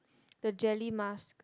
the jelly mask